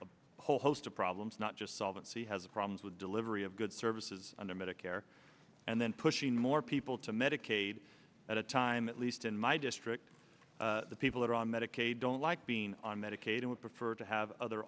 a whole host of problems not just solvency has problems with delivery of good services under medicare and then pushing more people to medicaid at a time at least in my district the people who are on medicaid don't like being on medicaid would prefer to have other